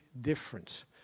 difference